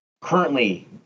Currently